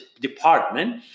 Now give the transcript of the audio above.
department